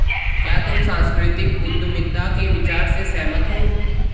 क्या तुम सांस्कृतिक उद्यमिता के विचार से सहमत हो?